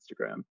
Instagram